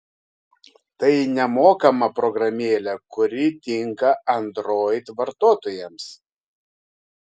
tai nemokama programėlė kuri tinka android vartotojams